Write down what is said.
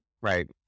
Right